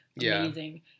amazing